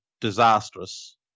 disastrous